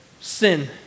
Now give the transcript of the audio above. sin